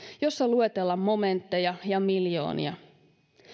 jossa luetellaan momentteja ja miljoonia